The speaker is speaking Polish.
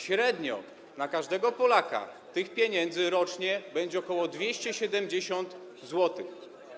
Średnio na każdego Polaka tych pieniędzy rocznie będzie ok. 270 zł.